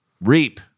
Reap